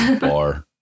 Bar